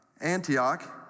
Antioch